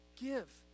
give